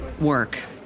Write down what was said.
work